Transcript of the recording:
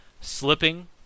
slipping